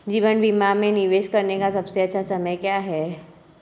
जीवन बीमा में निवेश करने का सबसे अच्छा समय क्या है?